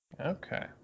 Okay